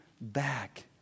back